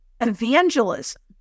evangelism